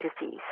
disease